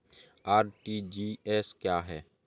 RTGS क्या है?